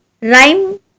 rhyme